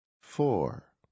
Four